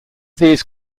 these